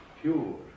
pure